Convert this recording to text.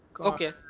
Okay